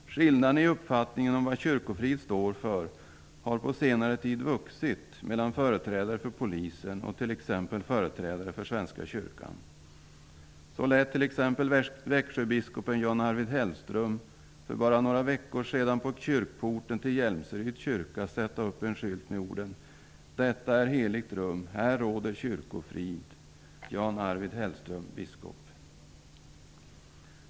Skillnaden i uppfattningen om vad kyrkofrid står för har på senare tid vuxit mellan företrädare för polisen och t.ex. företrädare för svenska kyrkan. Så lät för bara några veckor sedan Växjöbiskopen Jan Arvid Hellström sätta upp en skylt på kyrkporten till Hjälmseryds kyrka med orden: ''Detta är heligt rum. Här råder kyrkofrid. Jan-Arvid Hellström.